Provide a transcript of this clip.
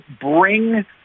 bring